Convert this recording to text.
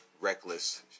reckless